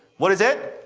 what is it?